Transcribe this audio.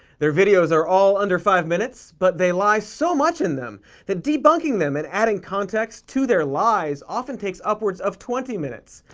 their videos are all under five minutes, but they lie so much in them that debunking them and adding context to their lies often takes upwards of twenty minutes.